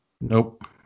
Nope